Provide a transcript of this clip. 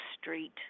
Street